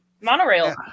monorail